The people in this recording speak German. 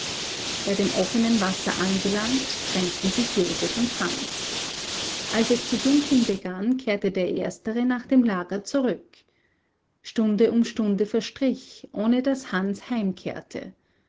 bei dem offenen wasser angelangt trennten sich joseph und hans als es zu dunkeln begann kehrte der erstere nach dem lager zurück stunde um stunde verstrich ohne daß hans heimkehrte